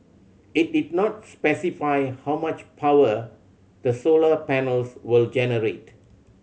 it did not specify how much power the solar panels will generate